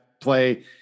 play